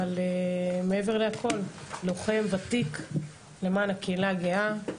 אבל מעבר להכל, לוחם וותיק למען הקהילה הגאה,